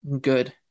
good